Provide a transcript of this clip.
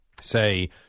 Say